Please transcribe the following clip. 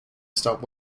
stop